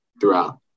throughout